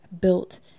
built